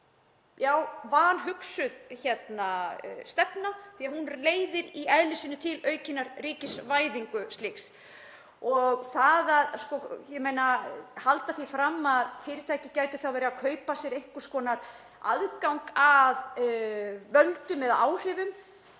mér vanhugsuð stefna því að hún leiðir í eðli sínu til aukinnar ríkisvæðingar slíks. Að halda því fram að fyrirtæki gætu þá verið að kaupa sér einhvers konar aðgang að völdum eða áhrifum